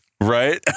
Right